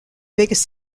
biggest